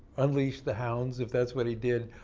unleash the hounds if that's what he did,